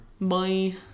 Bye